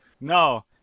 No